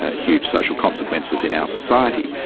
ah huge social consequences in our society.